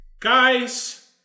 Guys